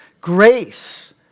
grace